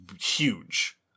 huge